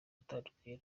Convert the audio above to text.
watandukanye